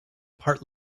part